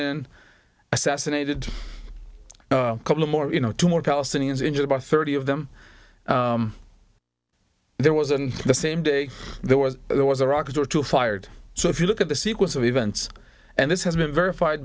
in assassinated a couple of more you know two more palestinians injured about thirty of them there was and the same day there was there was a rocket or two fired so if you look at the sequence of events and this has been verified